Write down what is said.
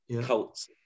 cults